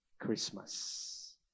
Christmas